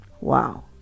wow